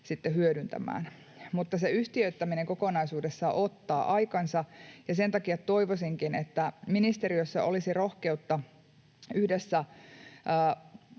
hyödyntämään. Mutta se yhtiöittäminen kokonaisuudessaan ottaa aikansa, ja sen takia toivoisinkin, että ministeriössä olisi rohkeutta yhdessä